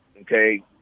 okay